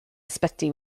ysbyty